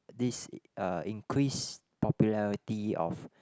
this uh increased popularity of